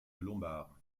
lombard